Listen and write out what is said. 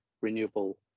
renewable